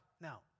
Now